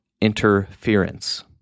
interference